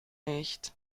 nicht